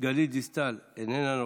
גלית דיסטל, אינה נוכחת,